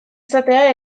esatea